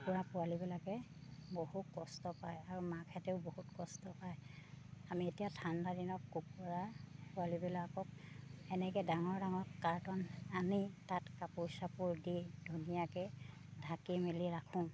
কুকুৰা পোৱালিবিলাকে বহু কষ্ট পায় আৰু মাকহঁতেও বহুত কষ্ট পায় আমি এতিয়া ঠাণ্ডা দিনত কুকুৰা পোৱালিবিলাকক এনেকৈ ডাঙৰ ডাঙৰ কাৰ্টন আনি তাত কাপোৰ চাপোৰ দি ধুনীয়াকৈ ঢাকি মেলি ৰাখোঁ